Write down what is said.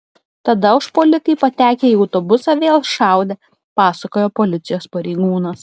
tada užpuolikai patekę į autobusą vėl šaudė pasakojo policijos pareigūnas